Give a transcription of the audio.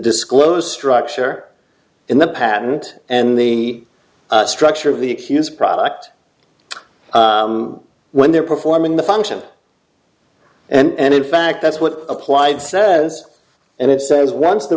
disclose structure in the patent and the structure of the excuse product when they're performing the function and in fact that's what applied says and it says once the